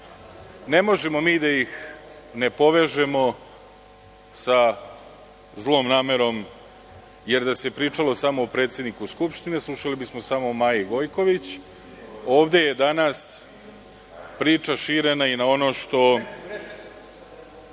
Ne možemo mi da ih ne povežemo sa zlom namerom, jer da se pričalo samo o predsedniku Skupštine, slušali bismo samo o Maji Gojković. Ovde je danas priča širena i na ono što